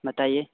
बताइए